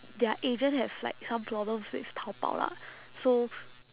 their agent have like some problems with taobao lah so